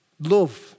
Love